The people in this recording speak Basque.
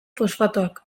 fosfatoak